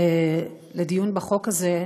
לדיון בחוק הזה,